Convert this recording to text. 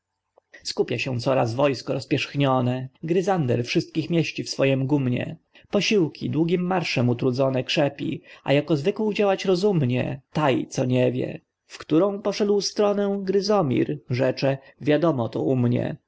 skupia się coraz wojsko rozpierzchnione gryzander wszystkich mieści w swojem gumnie posiłki długim marszem utrudzone krzepi a jako zwykł działać rozumnie tai co nie wie w którą poszedł stronę gryzomir rzecze wiadomo to u mnie